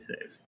save